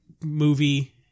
movie